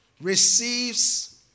receives